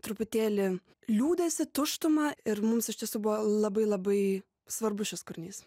truputėlį liūdesį tuštumą ir mums iš tiesų buvo labai labai svarbus šis kūrinys